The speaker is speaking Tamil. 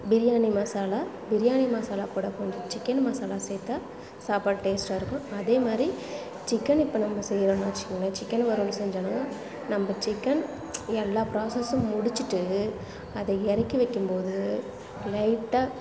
பிரியாணி மசாலா பிரியாணி மசாலா கூட கொஞ்சம் சிக்கன் மசாலா சேர்த்தா சாப்பாடு டேஸ்ட்டாக இருக்கும் அதே மாரி சிக்கன் இப்போ நம்ம செய்யறோன்னு வச்சுக்கோங்களேன் சிக்கன் வறுவல் செஞ்சோன்னா நம்ப சிக்கன் எல்லா ப்ராஸஸும் முடிச்சிவிட்டு அதை இறக்கி வைக்கும் போது லைட்டாக